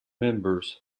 members